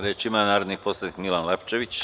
Reč ima narodni poslanik Milan Lapčević.